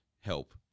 help